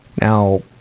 Now